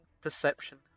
Perception